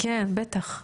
כן בטח בשמחה.